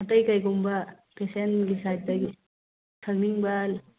ꯑꯇꯩ ꯀꯔꯤꯒꯨꯝꯕ ꯄꯦꯁꯦꯟꯒꯤ ꯁꯥꯏꯠꯇꯒꯤ ꯈꯪꯅꯤꯡꯕ